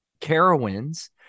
Carowind's